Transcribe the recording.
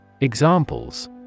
Examples